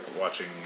watching